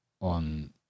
on